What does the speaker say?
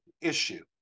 issue